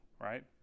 right